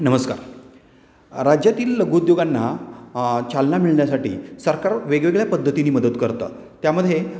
नमस्कार राज्यातील लघुउद्योगांना चालना मिळन्यासाठी सरकार वेगवेगळ्या पद्धतीनी मदत करत त्यामध्ये